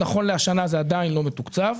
בשנה זו זה עדיין לא מתוקצב.